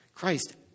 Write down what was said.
Christ